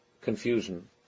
confusion